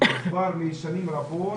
כבר שנים רבות,